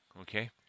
okay